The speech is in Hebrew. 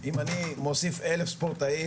אם אני מוסיף אלף ספורטאים,